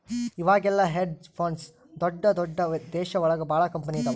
ಇವಾಗೆಲ್ಲ hedge funds ದೊಡ್ದ ದೊಡ್ದ ದೇಶ ಒಳಗ ಭಾಳ ಕಂಪನಿ ಇದಾವ